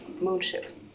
Moonship